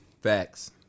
facts